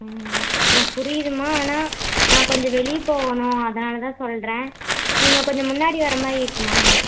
புரியுதுமா ஆனால் நான் கொஞ்சம் வெளியே போகணும் அதனால் தான் சொல்கிறேன் நீங்கள் கொஞ்சம் முன்னாடி வர்ற மாதிரி இருக்குதுமா